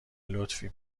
لطفی